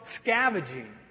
scavenging